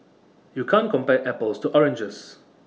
you can't compare apples to oranges